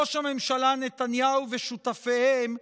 ראש הממשלה נתניהו ושותפיהם,